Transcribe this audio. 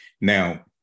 Now